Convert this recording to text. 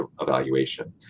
evaluation